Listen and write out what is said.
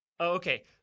Okay